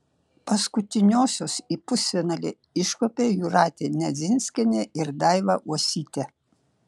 paskutiniosios į pusfinalį iškopė jūratė nedzinskienė ir daiva uosytė